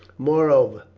moreover,